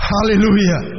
Hallelujah